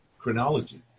chronology